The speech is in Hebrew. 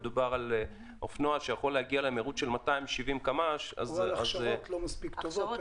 על אופנוע שיכול להגיע ל-270 קמ"ש --- אולי ההכשרות לא מספיק טובות.